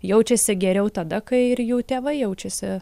jaučiasi geriau tada kai ir jų tėvai jaučiasi